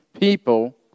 people